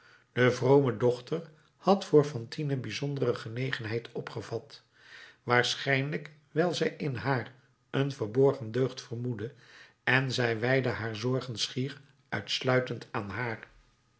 de vrome dochter had voor fantine bijzondere genegenheid opgevat waarschijnlijk wijl zij in haar een verborgen deugd vermoedde en zij wijdde haar zorgen schier uitsluitend aan haar